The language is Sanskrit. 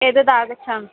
एतत् आगच्छामि